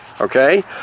okay